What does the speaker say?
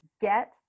get